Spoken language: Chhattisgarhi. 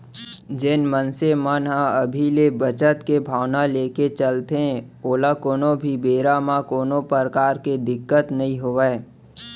जेन मनसे मन ह अभी ले बचत के भावना लेके चलथे ओला कोनो भी बेरा म कोनो परकार के दिक्कत नइ होवय